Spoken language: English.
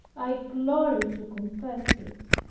i glory to confess it